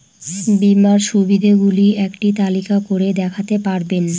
বীমার সুবিধে গুলি একটি তালিকা করে দেখাতে পারবেন?